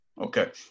Okay